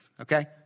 okay